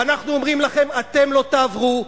ואנחנו אומרים לכם: אתם לא תעברו,